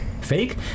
fake